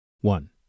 One